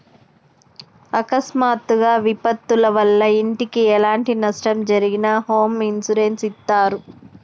అకస్మాత్తుగా విపత్తుల వల్ల ఇంటికి ఎలాంటి నష్టం జరిగినా హోమ్ ఇన్సూరెన్స్ ఇత్తారు